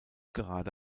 gerade